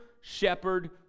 shepherd